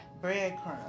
breadcrumbs